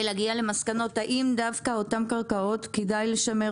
להגיע למסקנות האם דווקא אותן קרקעות כדאי לשמר